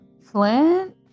Flint